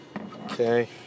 okay